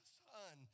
son